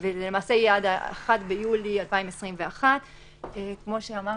זה יהיה עד 1 ביולי 2021. כמו שאמרנו,